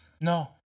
No